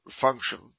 function